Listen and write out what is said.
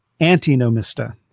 antinomista